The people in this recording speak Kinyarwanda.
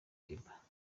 kiba